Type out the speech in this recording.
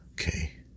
Okay